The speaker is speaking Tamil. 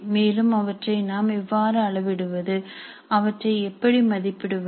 மேலும் அவற்றை நாம் எவ்வாறு அளவிடுவது அவற்றை எப்படி மதிப்பிடுவது